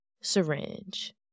syringe